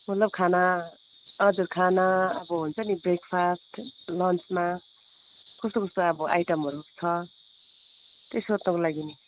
मतलब खाना हजुर खाना अब हुन्छ नि ब्रेकफास्ट लन्चमा कस्तो कस्तो अब आइटमहरू छ त्यही सोध्नको लागि नि